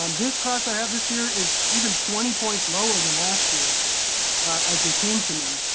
um this class i have this year is even twenty points lower than last year as they came to me.